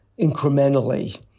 incrementally